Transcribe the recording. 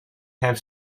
have